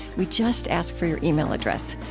we just ask for your email address.